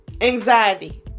anxiety